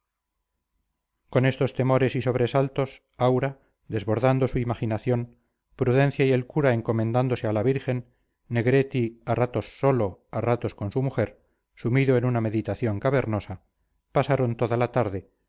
con estos temores y sobresaltos aura desbordando su imaginación prudencia y el cura encomendándose a la virgen negretti a ratos solo a ratos con su mujer sumido en una meditación cavernosa pasaron toda la tarde